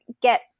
get